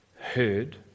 heard